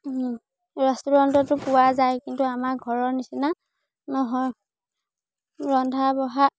ৰেষ্টুৰেণ্টতো পোৱা যায় কিন্তু আমাৰ ঘৰৰ নিচিনা নহয় ৰন্ধা বঢ়া